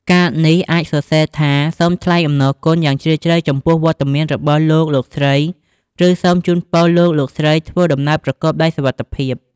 កាតនេះអាចសរសេរថា "សូមថ្លែងអំណរគុណយ៉ាងជ្រាលជ្រៅចំពោះវត្តមានរបស់លោក លោកស្រី" ឬ "សូមជូនពរលោក លោកស្រីធ្វើដំណើរប្រកបដោយសុវត្ថិភាព"។